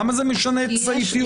למה זה משנה את סעיף י?